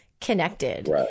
connected